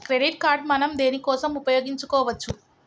Credit card మనం దేనికోసం ఉపయోగించుకోవచ్చు?